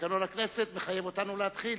ותקנון הכנסת מחייב אותנו להתחיל